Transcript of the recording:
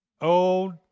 Old